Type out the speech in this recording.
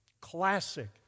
Classic